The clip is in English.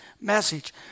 message